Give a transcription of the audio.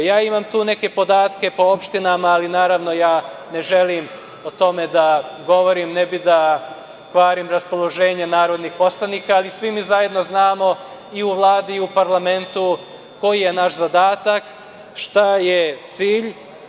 Imam tu neke podatke po opštinama i naravno, ne želim o tome da govorim, ne bi da kvarim raspoloženje narodnih poslanika, ali svi mi zajedno znamo i u Vladi i u parlamentu koji je naš zadatak, šta je cilj.